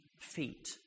feet